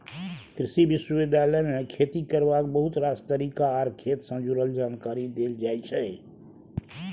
कृषि विश्वविद्यालय मे खेती करबाक बहुत रास तरीका आर खेत सँ जुरल जानकारी देल जाइ छै